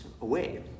away